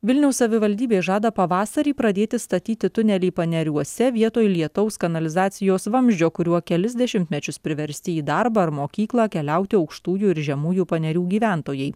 vilniaus savivaldybė žada pavasarį pradėti statyti tunelį paneriuose vietoj lietaus kanalizacijos vamzdžio kuriuo kelis dešimtmečius priversti į darbą ar mokyklą keliauti aukštųjų ir žemųjų panerių gyventojai